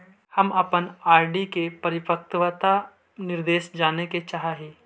हम अपन आर.डी के परिपक्वता निर्देश जाने के चाह ही